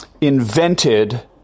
invented